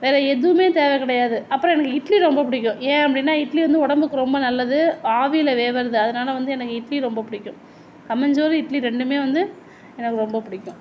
வேறு எதுவுமே தேவை கிடையாது அப்புறம் எனக்கு இட்லி ரொம்ப பிடிக்கும் ஏன் அப்படின்னா இட்லி வந்து உடம்புக்கு ரொம்ப நல்லது ஆவியில் வேகறது அதனால் வந்து எனக்கு இட்லி ரொம்ப பிடிக்கும் கம்மஞ்சோறு இட்லி ரெண்டுமே வந்து எனக்கு ரொம்ப பிடிக்கும்